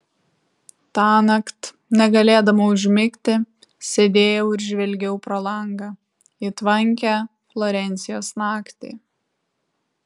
tąnakt negalėdama užmigti sėdėjau ir žvelgiau pro langą į tvankią florencijos naktį